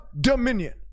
dominion